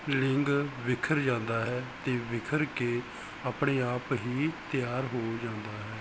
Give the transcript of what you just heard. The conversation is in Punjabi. ਲਿੰਗ ਬਿਖਰ ਜਾਂਦਾ ਹੈ ਤੇ ਬਿਖਰ ਕੇ ਆਪਣੇ ਆਪ ਹੀ ਤਿਆਰ ਹੋ ਜਾਂਦਾ ਹੈ